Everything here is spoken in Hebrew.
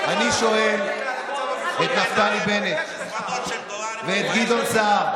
אני שואל את נפתלי בנט ואת גדעון סער: